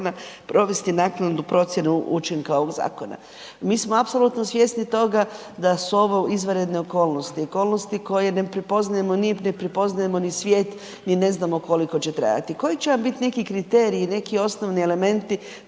provesti naknadu procjene učinka ovog zakona. Mi smo apsolutno svjesni toga da su ovo izvanredne okolnosti, okolnosti koje ne prepoznajemo, ni ne prepoznajemo ni svijet, ni ne znamo koliko će trajati. Koji će vam biti neki kriterij, neki osnovni elementi